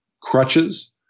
crutches